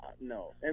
no